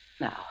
Now